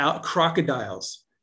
crocodiles